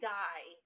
die